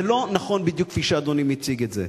זה לא נכון בדיוק כפי שאדוני מציג את זה,